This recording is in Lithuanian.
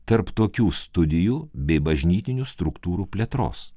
tarp tokių studijų bei bažnytinių struktūrų plėtros